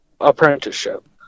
apprenticeship